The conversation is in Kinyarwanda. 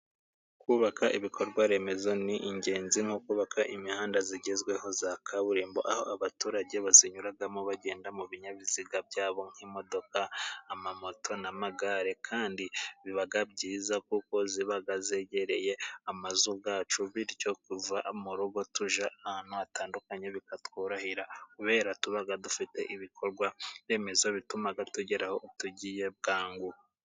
Kubaka ibikorwa remezo ni ingenzi nko kubaka imihanda igezweho ya kaburimbo, aho abaturage bayinyuramo bagenda mu binyabiziga byabo nk'imodoka, moto n'amagare. Kandi biba byiza kuko biba byegereye amazu yacu, bityo kuva mu rugo tujya ahantu hatandukanye bikatworohera, kubera tuba dufite ibikorwa remezo bituma tugera aho tugiye bwangu.